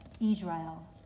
Israel